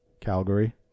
Calgary